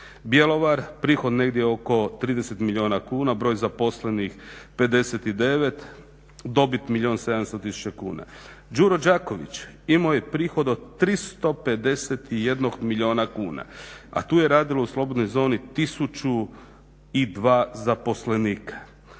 Bjelovar, prihod negdje oko 30 milijuna kuna, broj zaposlenih 59, dobit milijun 700 tisuća kuna. Đuro Đaković imao je prihod od 351 milijuna kuna, a tu je radilo u slobodnoj zoni 1002 zaposlenika.